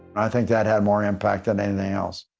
i think that had more impact than anything else.